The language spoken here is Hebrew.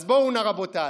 אז בואו נא, רבותיי,